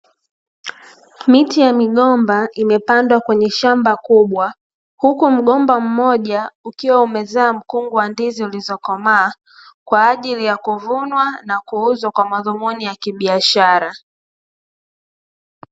Miti ya migomba imepandwa kwenye shamba kubwa, huku mgomba mmoja ukiwa umezaa mkungu wa ndizi zilizokomaa kwa ajili ya kuuzwa na kuvunwa kwa madhumuni ya kibiashara.